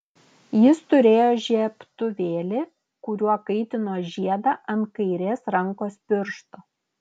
jis turėjo žiebtuvėlį kuriuo kaitino žiedą ant kairės rankos piršto